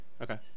Okay